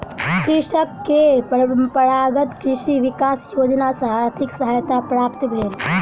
कृषक के परंपरागत कृषि विकास योजना सॅ आर्थिक सहायता प्राप्त भेल